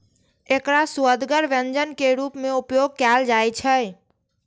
एकरा सुअदगर व्यंजन के रूप मे उपयोग कैल जाइ छै